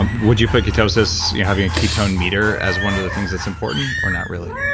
um would you put ketosis, having a ketone meter as one of the things that's important or not really?